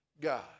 God